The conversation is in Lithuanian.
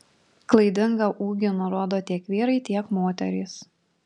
klaidingą ūgį nurodo tiek vyrai tiek moterys